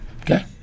okay